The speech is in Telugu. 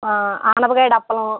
అనపకాయ డప్పలం